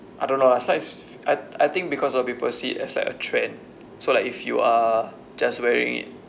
I don't know lah slides I I think because of people see it as like a trend so like if you are just wearing it